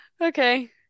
Okay